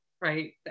right